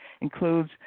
includes